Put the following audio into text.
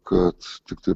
kad tiktai